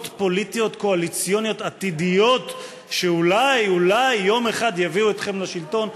פוליטיות קואליציוניות עתידיות שאולי אולי יום אחד יביאו אתכם לשלטון.